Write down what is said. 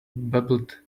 babbled